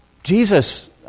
Jesus